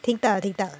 听到听到